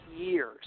years